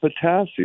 potassium